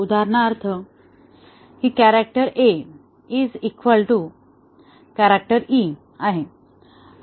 उदाहरणार्थ हे उदाहरण की character A is equal to character E आहे